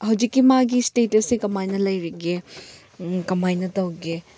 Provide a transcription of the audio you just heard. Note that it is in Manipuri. ꯍꯧꯖꯤꯛꯀꯤ ꯃꯥꯒꯤ ꯏꯁꯇꯦꯇꯁꯁꯦ ꯀꯃꯥꯏꯅ ꯂꯩꯔꯤꯒꯦ ꯀꯃꯥꯏꯅ ꯇꯧꯒꯦ